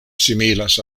similas